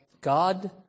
God